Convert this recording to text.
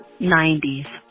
90s